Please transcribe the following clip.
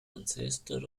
ancestor